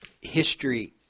history